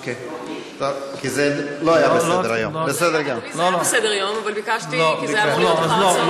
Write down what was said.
זה היה אמור להיות אחר הצוהריים.